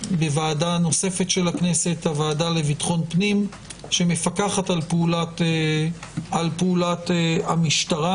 בוועדה לביטחון פנים שמפקחת על פעולת המשטרה.